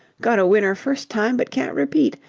got a winner first time, but can't repeat.